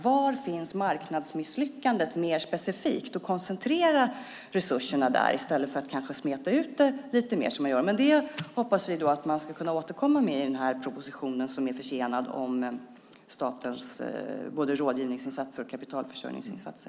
Var finns marknadsmisslyckandet mer specifikt? Man får kanske koncentrera resurserna där i stället för att smeta ut dem lite mer som man gör. Men vi hoppas att man ska kunna återkomma om det i den proposition som är försenad och som handlar om statens rådgivningsinsatser och kapitalförsörjningsinsatser.